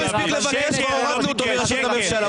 הוא עוד לא הספיק לבקש כבר הורדנו אותו מראשות הממשלה.